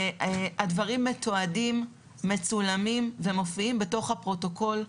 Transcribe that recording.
הדברים מתועדים, מצולמים ומופיעים בתוך הפרוטוקול.